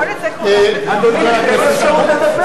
בואו נצא כולם, אדוני, תיתן לו אפשרות לדבר.